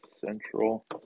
Central